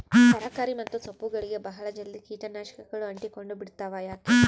ತರಕಾರಿ ಮತ್ತು ಸೊಪ್ಪುಗಳಗೆ ಬಹಳ ಜಲ್ದಿ ಕೇಟ ನಾಶಕಗಳು ಅಂಟಿಕೊಂಡ ಬಿಡ್ತವಾ ಯಾಕೆ?